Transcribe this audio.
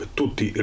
tutti